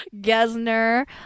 Gesner